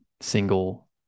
single